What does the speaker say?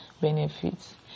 benefits